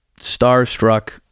starstruck